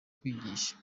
kwigisha